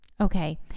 Okay